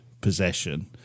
possession